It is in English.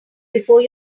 before